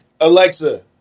Alexa